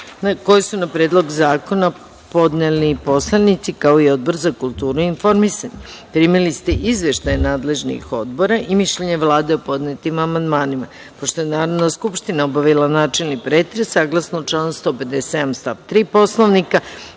koje su na Predlog zakona podneli poslanici, kao i Odbor za kulturu i informisanje. Primili ste izveštaje nadležnih odbora i mišljenje Vlade o podnetim amandmanima. Pošto je Narodna skupština obavila načelni pretres, saglasno članu 157. stav 3. Poslovnika,